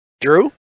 Drew